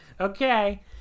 Okay